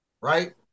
Right